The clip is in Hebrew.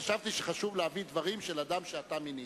חשבתי שחשוב להביא דברים של אדם שאתה מינית,